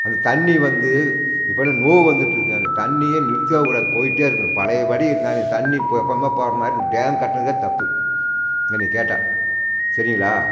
அந்த தண்ணி வந்து இப்பல்லாம் நோவு வந்துட்டு இருக்குதுங்க அந்த தண்ணியே நிறுத்தவே கூடாது போயிகிட்டே இருக்கணும் பழையபடி நாங்கள் தண்ணி எப்போவுமே போகிற மாதிரி டேம் கட்டினதே தப்பு என்னையை கேட்டால் சரிங்களா